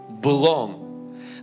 belong